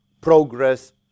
progress